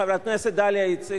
חברת הכנסת דליה איציק,